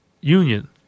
union